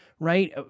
Right